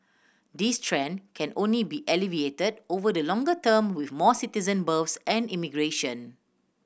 this trend can only be alleviated over the longer term with more citizen births and immigration